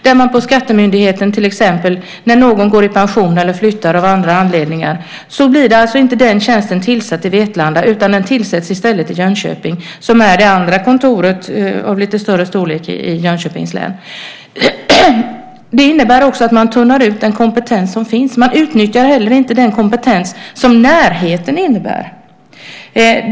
När någon på till exempel skattemyndigheten går i pension, flyttar eller slutar av andra anledningar blir inte tjänsten tillsatt i Vetlanda, utan den tillsätts i stället i Jönköping, som är det andra kontoret av lite större storlek i Jönköpings län. Det innebär också att man tunnar ut den kompetens som finns. Man utnyttjar heller inte den kompetens som närheten innebär.